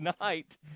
night